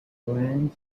plans